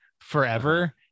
forever